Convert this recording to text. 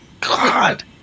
god